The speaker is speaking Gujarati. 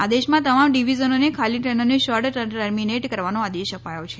આદેશમાં તમામ ડિવિઝનોને ખાલી ટ્રેનોને શોર્ટ ટર્મિનેટ કરવાનો આદેશ અપાયો છે